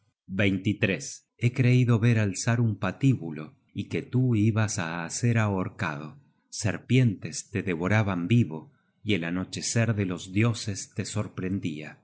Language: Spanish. lie creido ver alzar un patíbulo y que tú ibas á ser ahorcado serpientes te devoraban vivo y el anochecer de los dioses te sorprendia